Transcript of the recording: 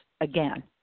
again